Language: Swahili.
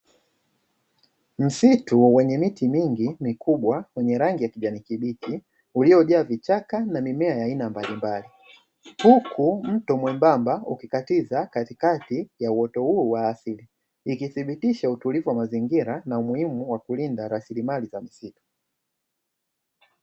Msitu wenye miti mingi mikubwa wenye rangi ya kijani kibichi, uliojaa vichaka na mimea ya aina mbalimbali huku mto mwembamba ukikatiza katikati ya uoto huo wa asili ikithibitisha utulivu wa mazingira na umuhimu wa kulinda rasilimali za msingi.